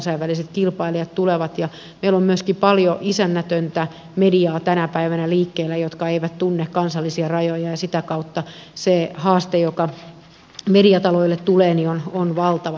kansainväliset kilpailijat tulevat ja meillä on myöskin tänä päivänä liikkeellä paljon isännätöntä mediaa joka ei tunne kansallisia rajoja ja sitä kautta se haaste joka mediataloille tulee on valtava tässä ajassa